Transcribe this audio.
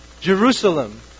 Jerusalem